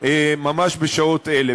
ממש בשעות אלה.